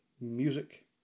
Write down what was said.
music